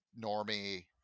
normie